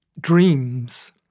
dreams